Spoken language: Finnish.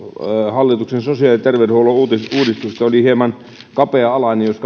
hallituksen sosiaali ja terveydenhuollon uudistuksesta oli hieman kapea alainen jos